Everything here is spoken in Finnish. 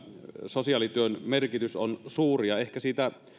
sosiaalityön merkitys on suuri ja ehkä siitä